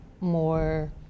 more